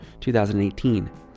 2018